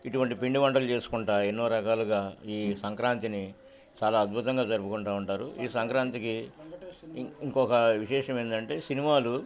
ఇటువంటి పిండి వంటలు చేసుకుంటా ఎన్నో రకాలుగా ఈ సంక్రాంతిని చాలా అద్భుతంగా జరుపుకుంటా ఉంటారు ఈ సంక్రాంతికి ఇంకొక విశేషం ఏంటంటే సినిమాలు